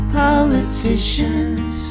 politicians